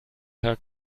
der